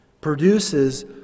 produces